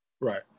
Right